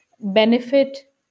benefit